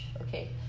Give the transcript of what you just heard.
okay